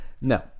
No